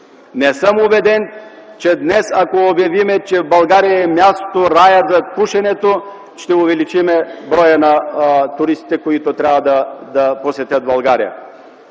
Не съм убеден, че ако днес обявим, че в България е мястото, раят за пушенето, ще увеличим броя на туристите, които трябва да посетят България.